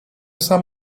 sam